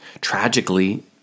Tragically